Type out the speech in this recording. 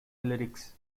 lyrics